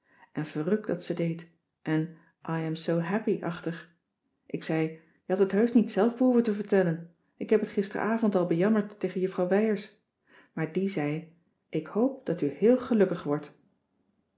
en verrukt dat ze deed en i am so happy achtig ik zei je hadt het heusch niet zelf behoeven te vertellen ik heb het gisteravond al bejammerd tegen juffrouw wijers maar die zei ik hoop dat u heel gelukkig wordt